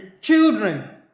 children